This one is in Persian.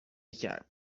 کرد